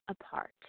Apart